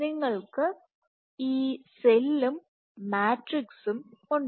നിങ്ങൾക്ക് ഈ സെല്ലും മാട്രിക്സ്സും ഉണ്ട്